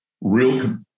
real